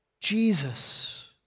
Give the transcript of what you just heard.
Jesus